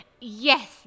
Yes